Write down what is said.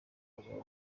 bagabo